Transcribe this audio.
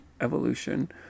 evolution